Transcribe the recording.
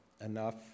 enough